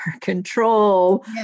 control